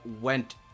went